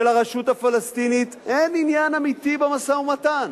שלרשות הפלסטינית אין עניין אמיתי במשא-ומתן.